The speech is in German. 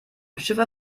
schiffe